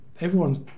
Everyone's